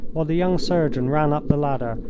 while the young surgeon ran up the ladder,